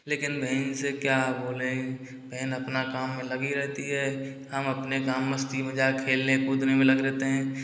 लेकिन बहन से क्या बोलें बहन अपना काम में लगी रहती है हम अपने काम मस्ती मजाक खेलने कूदने में लगे रहते हैं